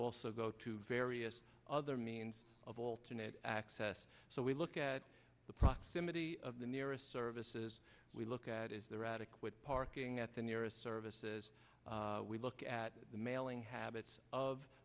also go to various other means of alternate access so we look at the proximity of the nearest services we look at is the radek with parking at the nearest services we look at the mailing habits of